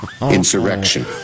insurrection